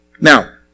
Now